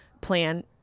plan